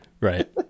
Right